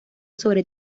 sobre